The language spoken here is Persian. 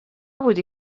بودی